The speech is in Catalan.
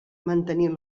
mantenir